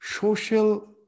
social